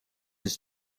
his